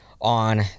on